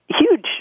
huge